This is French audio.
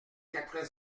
quatre